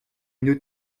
une